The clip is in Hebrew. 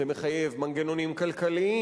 זה מחייב מנגנונים כלכליים.